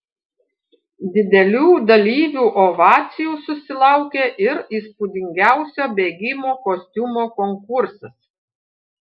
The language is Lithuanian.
didelių dalyvių ovacijų susilaukė ir įspūdingiausio bėgimo kostiumo konkursas